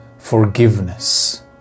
Forgiveness